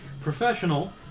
professional